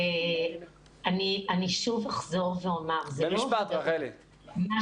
אני שוב אחזור ואומר, זה לא